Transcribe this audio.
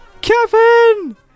Kevin